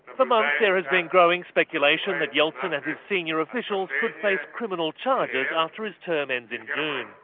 for months there has been growing speculation that yeltsin and his senior officials could face criminal charges after his term ends in june.